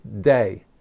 day